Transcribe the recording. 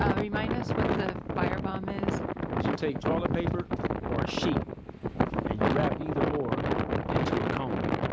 um remind us what the fire bomb is you take toilet paper or a sheet and you wrap either or into a cone,